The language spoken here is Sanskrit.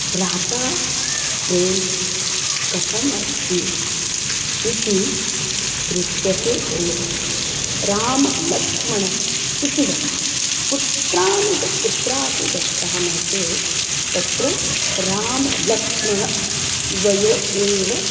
भ्राता प्रेमं कथमस्ति इति दृश्यते एव रामलक्ष्मणौ इति वदामः कुत्रापि ग कुत्रापि गच्छामः चेत् तत्र रामलक्ष्मणौ द्वयोः एव